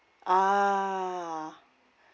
ah